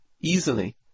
easily